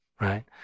right